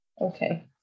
Okay